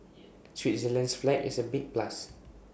Switzerland's flag is A big plus